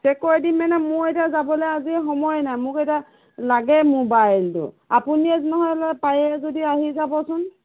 check কৰি দিম মানে মোৰ এতিয়া যাবলৈ আজি সময় নাই মোক এতিয়া লাগে মোবাইলটো আপুনিয়ে নহ'লে পাৰে যদি আহি যাবচোন